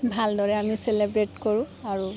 ভালদৰে আমি চেলেব্ৰেট কৰোঁ আৰু